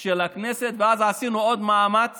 של הכנסת, ואז עשינו עוד מאמץ